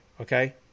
Okay